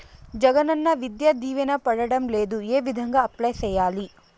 జగనన్న విద్యా దీవెన పడడం లేదు ఏ విధంగా అప్లై సేయాలి